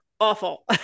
awful